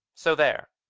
so there!